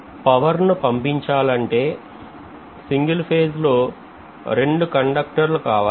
మరియు పవర్ ను పంపించాలంటే సింగిల్ ఫేజ్ లో 2 కండక్టర్ లు కావాలి